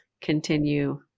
continue